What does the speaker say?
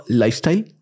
lifestyle